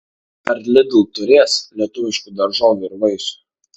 ar lidl turės lietuviškų daržovių ir vaisių